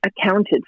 accounted